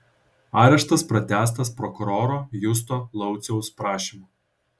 areštas pratęstas prokuroro justo lauciaus prašymu